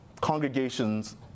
congregations